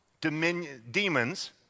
demons